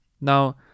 now